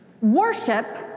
Worship